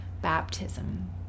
baptism